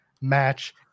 match